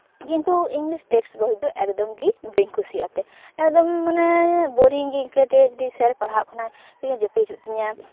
ᱠᱤᱱᱛᱩ English test ᱵᱳᱭ ᱫᱚ ᱮᱠᱫᱚᱢ ᱜᱮ ᱵᱟᱹᱧ ᱠᱩᱥᱤᱭᱟᱜᱼᱟ ᱛᱮ ᱮᱠᱫᱚᱢ ᱢᱟᱱᱮ ᱵᱳᱨᱤᱝ ᱜᱮᱧ ᱟᱹᱭᱠᱟᱹᱣ ᱛᱟᱦᱮᱸ ᱡᱩᱫᱤ ᱥᱮᱨ ᱯᱟᱲᱦᱟᱜ ᱠᱷᱚᱱᱟᱜ ᱡᱟᱹᱯᱤᱫ ᱦᱤᱡᱩᱜ ᱛᱤᱧᱟ